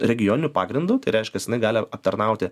regioniniu pagrindu tai reiškias jinai gali aptarnauti